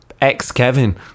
ex-Kevin